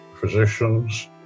physicians